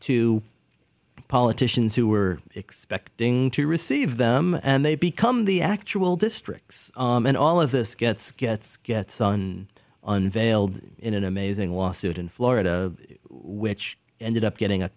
to politicians who are expecting to receive them and they become the actual districts and all of this gets gets get sun unveiled in an amazing lawsuit in florida which ended up getting a